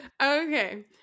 Okay